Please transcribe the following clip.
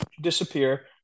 disappear